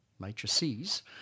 matrices